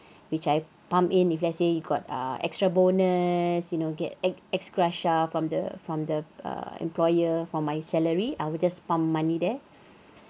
which I pump in if let's say you got ah extra bonus you know get ex~ extra stuff from the from the err employer for my salary I will just pump money there